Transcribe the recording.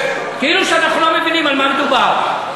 כאילו שאנחנו לא מבינים על מה מדובר.